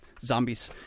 Zombies